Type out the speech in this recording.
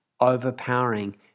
overpowering